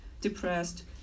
depressed